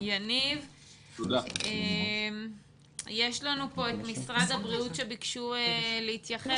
יש לנו כאן את משרד בריאות שביקש להתייחס.